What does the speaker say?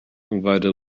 invited